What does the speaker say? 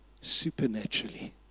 supernaturally